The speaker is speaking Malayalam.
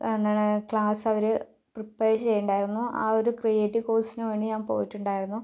എന്താണ് ക്ലാസ് അവര് പ്രീപെയർ ചെയ്യുന്നുണ്ടായിരുന്നു ആ ഒരു ക്രീയേറ്റീവ് കോഴ്സിന് വേണ്ടി ഞാൻ പോയിട്ടുണ്ടായിരുന്നു